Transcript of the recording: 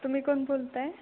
तुम्ही कोण बोलत आहे